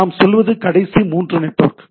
நாம் சொல்வது கடைசி மூன்று நெட்வொர்க்